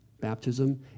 baptism